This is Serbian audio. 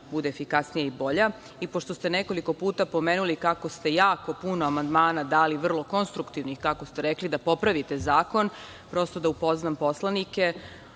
bude efikasnija i bolja. Pošto ste nekoliko puta pomenuli kako ste jako puno amandmana dali vrlo konstruktivnih, kako ste rekli, da popravite zakon, prosto, da upoznam poslanike